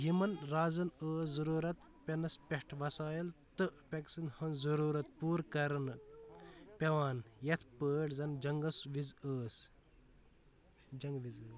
یِمَن رازَن ٲس ضٔروٗرت پٮ۪نَس پٮ۪ٹھ وسٲیل تہٕ پٮ۪کسِن ہٕنٛز ضٔروٗرت پوٗرٕ کرنہٕ پٮ۪وان یِتھ پٲٹھۍ زَن جنٛگَس وِزِ ٲس جنٛگہٕ وِز ٲ